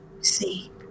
See